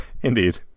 Indeed